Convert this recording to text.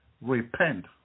Repent